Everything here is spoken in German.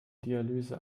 dialyse